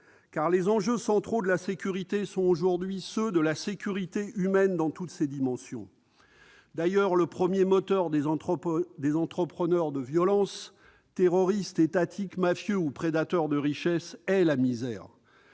les enjeux centraux de la sécurité sont ceux de la sécurité humaine, dans toutes ses dimensions. D'ailleurs, le premier moteur des entrepreneurs de violences, terroristes, étatiques, mafieux ou prédateurs de richesses, est la misère.